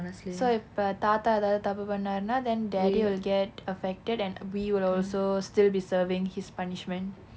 so இப்ப தாத்தா ஏதாவது தப்பு பன்னாருன்னா:ippa thatha aethaavathu thappu pannaarunnaa then daddy will get affected and we will also still be serving his punishment